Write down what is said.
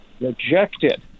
...rejected